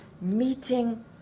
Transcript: meeting